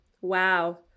Wow